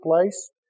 place